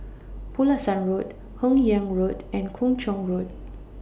Pulasan Road Hun Yeang Road and Kung Chong Road